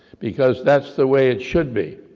because that's the way it should be,